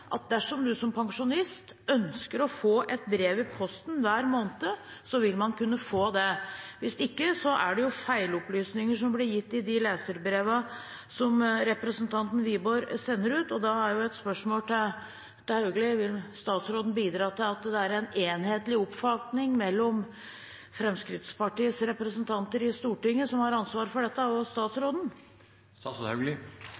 at dersom man som pensjonist ønsker å få et brev i posten hver måned, vil man kunne få det. Hvis ikke er det jo feilopplysninger som blir gitt i de leserbrevene som representanten Wiborg sender ut. Da er et spørsmål til Hauglie: Vil statsråden bidra til at det er en enhetlig oppfatning mellom Fremskrittspartiets representanter i Stortinget som har ansvaret for dette, og